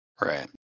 Right